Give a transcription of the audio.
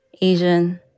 Asian